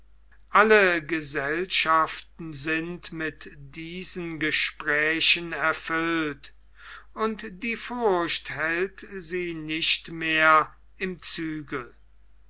alle gesellschaften sind mit diesen gesprächen erfüllt und die furcht hält sie nicht mehr im zügel